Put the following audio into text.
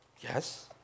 Yes